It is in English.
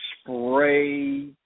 spray